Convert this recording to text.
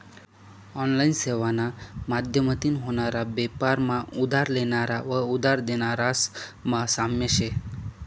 online सेवाना माध्यमतीन व्हनारा बेपार मा उधार लेनारा व उधार देनारास मा साम्य शे